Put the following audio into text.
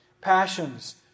passions